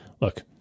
look